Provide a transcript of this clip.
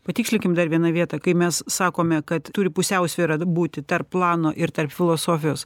patikslinkim dar vieną vietą kai mes sakome kad turi pusiausvyra būti tarp plano ir tarp filosofijos